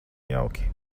jauki